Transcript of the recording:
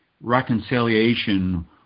reconciliation